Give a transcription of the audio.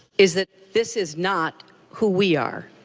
is that this is not who we are.